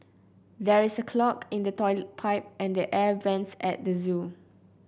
there is a clog in the toilet pipe and the air vents at the zoo